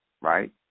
right